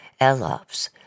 Elops